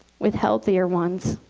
with healthier ones.